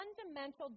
fundamental